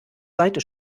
seite